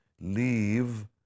leave